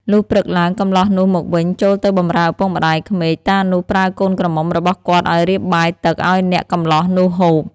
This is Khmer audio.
លុះព្រឹកឡើង កម្លោះនោះមកវិញចូលទៅបំរើឪពុកម្តាយក្មេក តានោះប្រើកូនក្រមុំរបស់គាត់ឱ្យរៀបបាយទឹកឱ្យអ្នកកម្លោះនោះហូប។